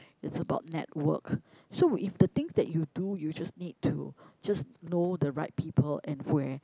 it's about network so if the thing that you do you just need to just know the right people and where